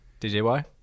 DJY